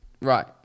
Right